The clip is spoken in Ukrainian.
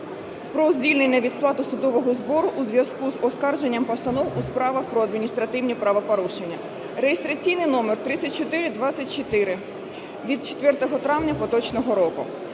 про звільнення від сплати судового збору у зв'язку з оскарженням постанов у справах про адміністративні правопорушення (реєстраційний номер 3424) (від 4 травня поточного року).